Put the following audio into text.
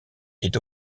est